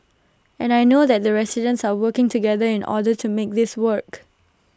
and I know that the residents are working together in order to make this work